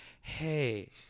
hey